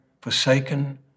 forsaken